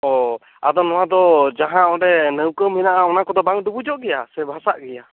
ᱚ ᱟᱫᱚ ᱱᱚᱶᱟ ᱫᱚ ᱡᱟᱦᱟᱸ ᱚᱱᱰᱮ ᱱᱟᱹᱣᱠᱟᱹ ᱢᱮᱱᱟᱜ ᱟ ᱚᱱᱟ ᱠᱚᱫᱚ ᱵᱟᱝ ᱰᱩᱵᱩᱡᱚᱜ ᱜᱮᱭᱟ ᱥᱮ ᱵᱷᱟᱥᱟᱜ ᱜᱮᱭᱟ